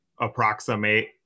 approximate